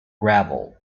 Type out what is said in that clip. gravel